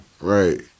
right